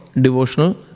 devotional